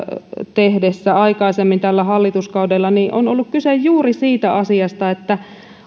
tehtäessä aikaisemmin tällä hallituskaudella niin on ollut kyse juuri siitä asiasta että